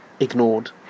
ignored